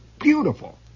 beautiful